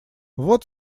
вот